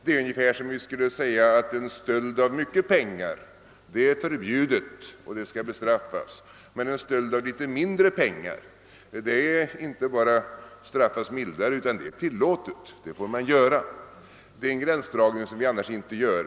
Det är ungefär som om vi skulle säga att en stöld av mycket pengar är förbjuden och skall bestraffas, men en stöld av en litet mindre summa bestraffas inte bara mildare utan är också tillåten. Det är en gränsdragning som vi annars inte gör.